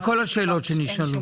על כל השאלות שנשאלו.